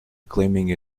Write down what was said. claiming